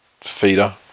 Feeder